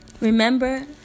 Remember